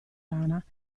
rana